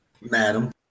Madam